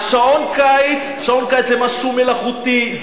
שעון קיץ זה משהו מלאכותי,